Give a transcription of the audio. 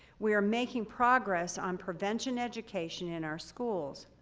we are making progress on prevention education in our schools.